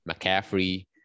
McCaffrey